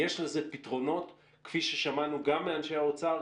יש לזה פתרונות כפי ששמענו גם מאנשים האוצר,